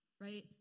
Right